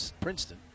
Princeton